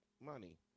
money